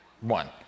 one